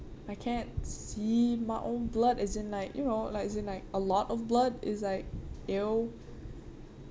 I can't see my own blood as in like you know like as in like a lot of blood is like !eww!